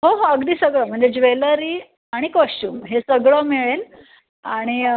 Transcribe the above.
हो हो अगदी सगळं म्हणजे ज्वेलरी आणि कॉश्च्युम हे सगळं मिळेल आणि